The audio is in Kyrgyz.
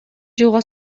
жылга